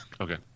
Okay